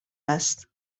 است